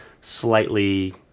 slightly